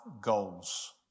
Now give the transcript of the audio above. goals